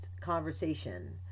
conversation